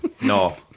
No